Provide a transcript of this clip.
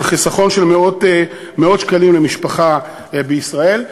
על חיסכון של מאות שקלים למשפחה בישראל.